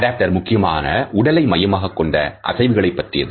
adapter முக்கியமாக உடலை மையமாகக் கொண்ட அசைவுகளை பற்றியது